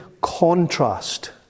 contrast